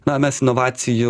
na mes inovacijų